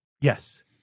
Yes